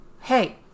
Hey